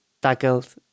tackled